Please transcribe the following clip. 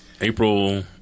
April